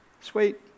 Sweet